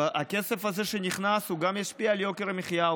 והכסף הזה שנכנס ישפיע גם על יוקר המחיה,